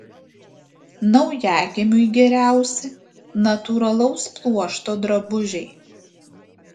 naujagimiui geriausi natūralaus pluošto drabužiai